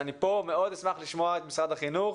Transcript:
מאוד אשמח לשמוע פה את משרד החינוך.